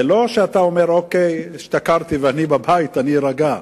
זה לא שאתה אומר: השתכרתי, אני בבית, אני אירגע.